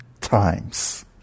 times